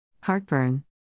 Heartburn